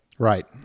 Right